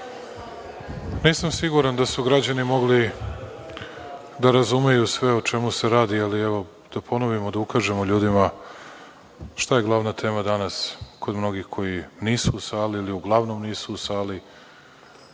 Nisam siguran da su građani mogli da razumeju sve o čemu se radi, ali evo da ponovimo, da ukažemo ljudima šta je glavna tema danas kod mnogih koji nisu u sali ili uglavnom nisu u sali,